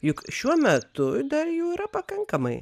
juk šiuo metu dar jų yra pakankamai